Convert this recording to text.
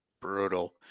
brutal